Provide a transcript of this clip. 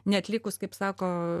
neatlikus kaip sako